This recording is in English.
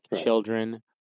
children